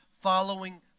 following